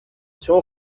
چون